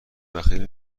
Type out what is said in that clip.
بخیل